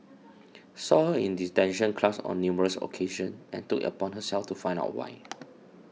saw her in detention class on numerous occasions and took it upon herself to find out why